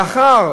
לאחר